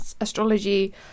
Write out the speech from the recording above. astrology